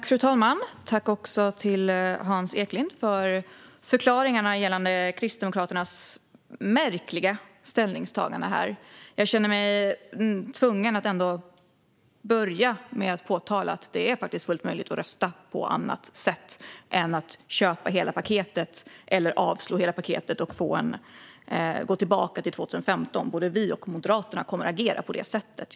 Fru talman! Jag tackar Hans Eklind för förklaringarna gällande Kristdemokraternas märkliga ställningstagande här. Jag känner mig ändå tvungen att börja med att påpeka att det faktiskt är fullt möjligt att rösta på annat sätt än att köpa hela paketet eller avslå hela paketet och gå tillbaka till 2015. Både vi och Moderaterna kommer att agera på det sättet.